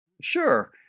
Sure